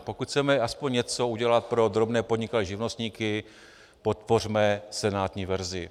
Pokud chceme aspoň něco udělat pro drobné podnikatele a živnostníky, podpořme senátní verzi.